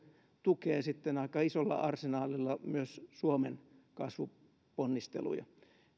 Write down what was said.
tukee sitten aika isolla arsenaalilla myös suomen kasvuponnisteluja